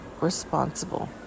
responsible